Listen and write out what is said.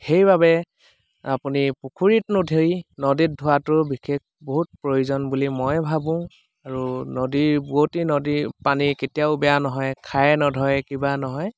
সেইবাবে আপুনি পুখুৰীত নুধুই নদীত ধোৱাটো বিশেষ বহুত প্ৰয়োজন বুলি মই ভাবোঁ আৰু নদীৰ বোৱতী নদীৰ পানী কেতিয়াও বেয়া নহয় খাৰে নধৰে কিবা নহয়